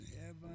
heaven